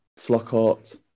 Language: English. Flockhart